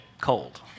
cold